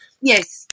Yes